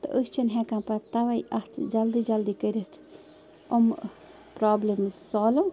تہٕ أسۍ چھِنہٕ ہٮ۪کان پَتہٕ تَوَے اَتھ جلدی جلدی کٔرِتھ یِمہٕ پرٛابلِمٕز سالٕو